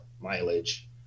mileage